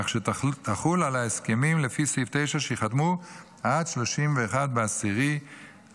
כך שתחול על הסכמים לפי סעיף 9 שייחתמו עד 31 באוקטובר